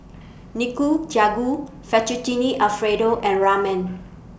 Nikujagu Fettutine Alfredo and Ramen